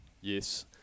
Yes